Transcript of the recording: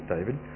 David